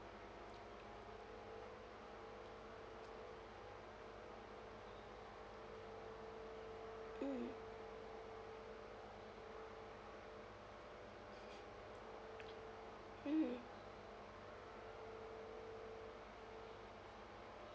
mm mmhmm